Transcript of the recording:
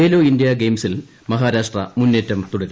Khelo India ഗെയിംസിൽ മഹാരാഷ്ട്ര മുന്നേറ്റം തുടരുന്നു